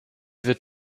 wird